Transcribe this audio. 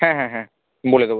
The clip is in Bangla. হ্যাঁ হ্যাঁ হ্যাঁ বলে দেবো